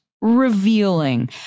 revealing